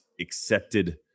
accepted